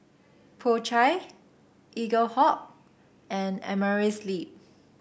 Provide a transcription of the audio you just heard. Po Chai Eaglehawk and Amerisleep